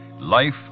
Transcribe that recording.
Life